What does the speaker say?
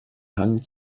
hang